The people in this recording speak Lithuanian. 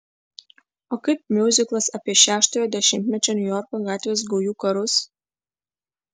o kaip miuziklas apie šeštojo dešimtmečio niujorko gatvės gaujų karus